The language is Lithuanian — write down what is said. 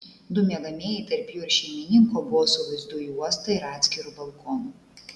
du miegamieji tarp jų ir šeimininko buvo su vaizdu į uostą ir atskiru balkonu